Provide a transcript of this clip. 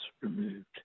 removed